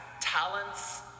talents